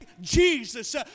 Jesus